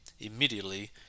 immediately